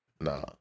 Nah